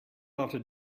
after